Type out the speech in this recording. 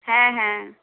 হ্যাঁ হ্যাঁ